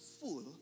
full